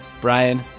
Brian